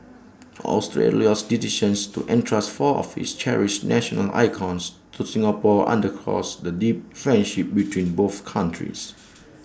Australia's decision to entrust four of its cherished national icons to Singapore underscores the deep friendship between both countries